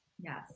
Yes